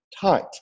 tight